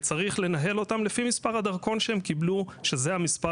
וצריך לנהל אותם לפי מספר הדרכון שהם קיבלו שזה המספר